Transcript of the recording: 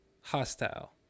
hostile